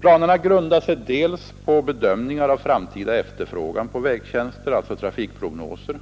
Planerna grundar sig dels på bedömningar av framtida efterfrågan på vägtjänster, alltså trafikprognoser,